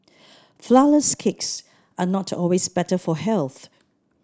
flourless cakes are not always better for health